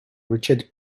richard